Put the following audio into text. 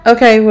Okay